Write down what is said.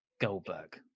Goldberg